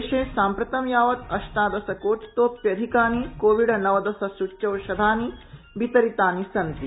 देशे साम्प्रतं यावत् अष्टादश कोटितोप्यधिकानि कोविड नवदश सूच्यौषधानि वितरितानि सन्ति